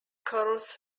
curls